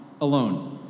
alone